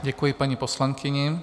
Děkuji paní poslankyni.